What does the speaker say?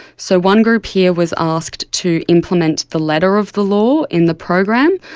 so one group here was asked to implement the letter of the law in the program,